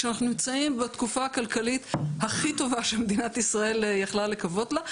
כשאנחנו נמצאים בתקופה הכלכלית הכי טובה שמדינת ישראל יכלה לקוות לה?